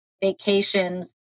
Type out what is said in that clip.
vacations